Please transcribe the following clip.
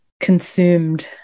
consumed